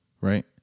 right